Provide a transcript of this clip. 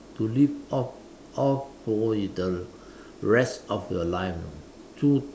to live off off for the rest of your life you know two